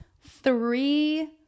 three